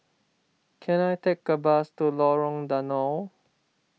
can I take a bus to Lorong Danau